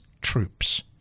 troops